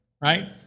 right